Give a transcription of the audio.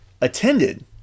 attended